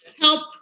help